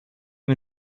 wir